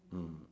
mm